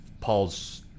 Paul's